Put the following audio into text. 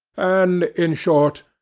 and, in short,